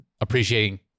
appreciating